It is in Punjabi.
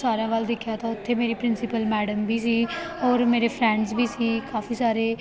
ਸਾਰਿਆਂ ਵੱਲ ਦੇਖਿਆ ਤਾਂ ਉੱਥੇ ਮੇਰੀ ਪ੍ਰਿੰਸੀਪਲ ਮੈਡਮ ਵੀ ਸੀ ਔਰ ਮੇਰੇ ਫਰੈਂਡਸ ਵੀ ਸੀ ਕਾਫੀ ਸਾਰੇ